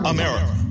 America